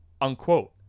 unquote